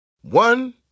One